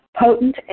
potent